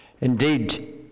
Indeed